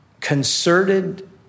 concerted